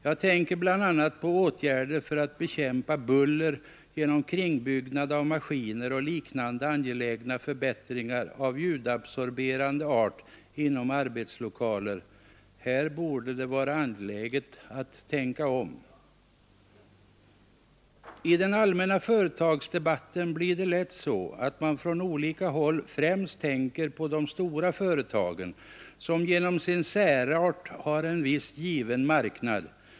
Jag tänker bl.a. på åtgärder för att bekämpa buller genom kringbyggnad av maskiner och liknande angelägna förbättringar av ljudabsorberande art inom arbetslokaler. Här borde det vara angeläget att tänka om. I den allmänna företagsdebatten blir det lätt så, att man från olika håll främst tänker på de stora företagen, som genom sin särart har en viss given marknad.